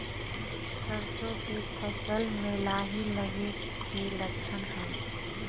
सरसों के फसल में लाही लगे कि लक्षण हय?